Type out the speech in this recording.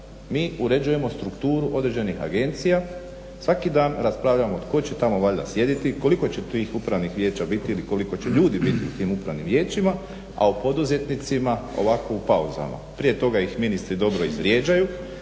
mi uređujemo strukturu određenih agencija, svaki dan raspravljamo tko će tamo valjda sjedit, koliko će tih upravnih vijeća biti ili koliko će ljudi biti u tim upravnim vijećima, a o poduzetnicima ovako u pauzama. Prije toga ih ministri dobro izvrijeđaju